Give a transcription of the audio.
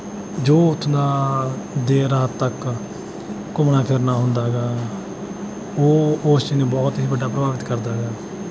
ਜੋ ਉੱਥੋਂ ਦਾ ਦੇਰ ਰਾਤ ਤੱਕ ਘੁੰਮਣਾ ਫਿਰਨਾ ਹੁੰਦਾ ਹੈਗਾ ਉਹ ਉਸ ਚੀਜ਼ ਨੂੰ ਬਹੁਤ ਵੱਡਾ ਪ੍ਰਭਾਵਿਤ ਕਰਦਾ ਹੈਗਾ